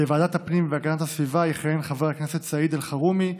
בוועדת הפנים והגנת הסביבה יכהן חבר הכנסת סעיד אלחרומי,